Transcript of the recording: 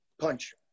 Punch